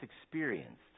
experienced